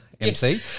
MC